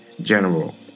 general